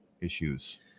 issues